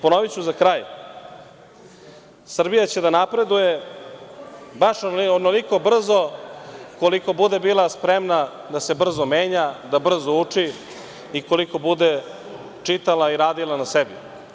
Ponoviću za kraj, Srbija će da napreduje onoliko brzo koliko bude spremna da se brzo menja, da brzo uči i koliko bude čitala i radila na sebi.